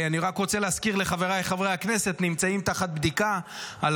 אני רק רוצה להזכיר לחבריי חברי הכנסת שהם נמצאים תחת בדיקה על